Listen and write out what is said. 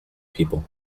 people